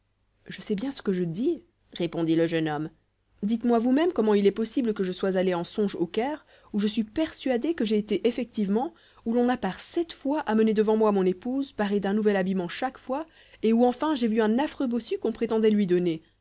je sais bien ce que je dis répondit le jeune homme dites-moi vous-même comment il est possible que je sois allé en songe au caire où je suis persuadé que j'ai été effectivement où l'on a par sept fois amené devant moi mon épouse parée d'un nouvel habillement chaque fois et où enfin j'ai vu un affreux bossu qu'on prétendait lui donner